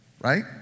right